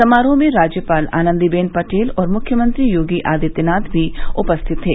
समारोह में राज्यपाल आनंदी बेन पटेल और मुख्यमंत्री योगी आदित्यनाथ भी उपस्थित थे